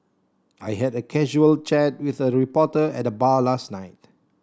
I had a casual chat with a reporter at the bar last night